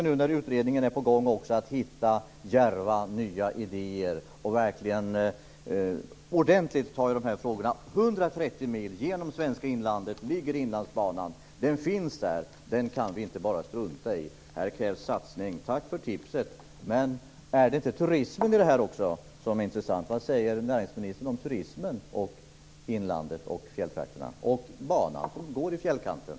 Nu när utredningen är i gång gäller det att hitta djärva nya idéer och verkligen ordentligt ta itu med dessa frågor. Inlandsbanan, 130 mil genom det svenska inlandet, finns där. Den kan vi inte strunta i. Här krävs satsning. Tack för tipset. Är det inte turism i detta också som är intressant? Vad säger näringsministern om turism i inlandet, i fjälltakterna? Banan går ju i fjällkanten.